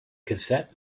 cassette